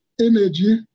energy